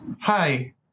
Hi